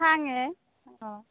খাং এ অঁ